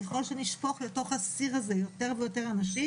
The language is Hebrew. ככל שנשפוך לתוך הסיר הזה יותר ויותר אנשים